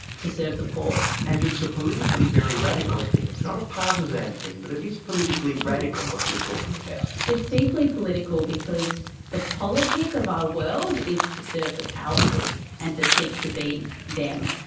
to serve the poor. and it's a politically very radical thing. it's not a partisan thing. but it is politically radical what you're talking about. it's deeply political because the politic of our world is to serve the powerful and to seek to be them.